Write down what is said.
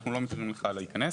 אנחנו לא נותנים לך להיכנס.